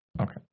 Okay